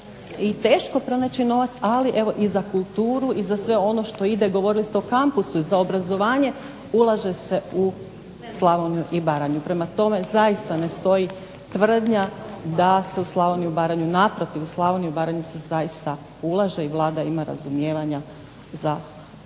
je teško pronaći novac ali evo za kulturu i za sve ono što ide, govorili ste o kampusu za obrazovanje ulaže se slavoniju i Baranju prema tome, zaista ne stoji tvrdnja da se u Slavoniju i Baranju, naprotiv u Slavoniju i Baranju se zaista ulaže i Vlada ima razumijevanja za potrebe